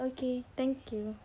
okay thank you